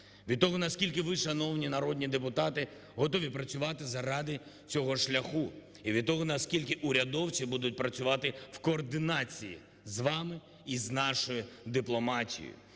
від того, наскільки ви, шановні народні депутати, готові працювати заради цього шляху і від того, наскільки урядовці будуть працювати в координації з вами і з нашою дипломатією.